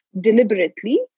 deliberately